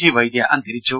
G Vaidya അന്തരിച്ചു